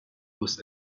with